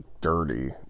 dirty